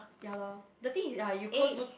ya lor the thing is ah you close